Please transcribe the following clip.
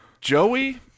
Joey